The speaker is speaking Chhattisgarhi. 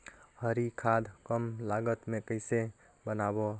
हरी खाद कम लागत मे कइसे बनाबो?